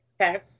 Okay